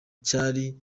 cyari